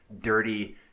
dirty